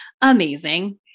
amazing